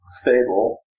stable